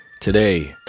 Today